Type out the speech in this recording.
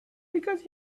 because